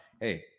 Hey